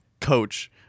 coach